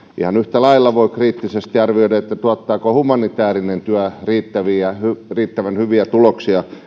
ihan yhtä lailla voi kriittisesti arvioida tuottaako humanitäärinen työ riittävän hyviä tuloksia